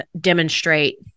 demonstrate